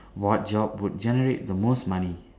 what job would generate the most money